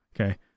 Okay